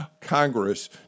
Congress